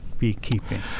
Beekeeping